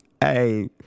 hey